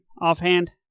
offhand